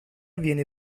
viene